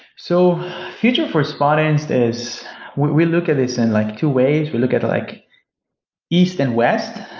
so future for spotinst is we we look at this in like two ways. we look at like east and west,